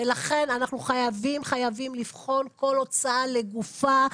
לכן אנחנו חייבים לבחון כל הוצאה לגופה.